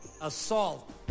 Assault